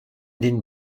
den